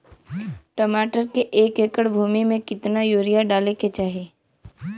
टमाटर के एक एकड़ भूमि मे कितना यूरिया डाले के चाही?